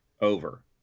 over